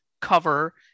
cover